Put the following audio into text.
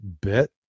bit